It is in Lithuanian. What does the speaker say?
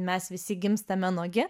mes visi gimstame nuogi